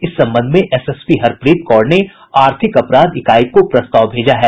इस संबंध में एसएसपी हरप्रीत कौर ने आर्थिक अपराध इकाई को प्रस्ताव भेजा है